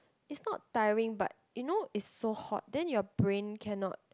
is not tiring but you know it's so hot then your brain cannot